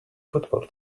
football